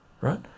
Right